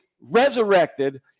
resurrected